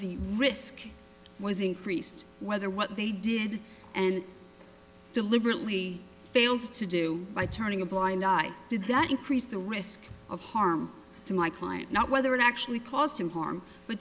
the risk was increased whether what they did and deliberately failed to do by turning a blind eye did not increase the risk of harm to my client not whether it actually caused him harm but